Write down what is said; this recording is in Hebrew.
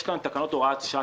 יש כאן את תקנות הוראת שעה,